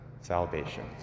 salvation